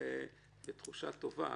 נצא בתחושה טובה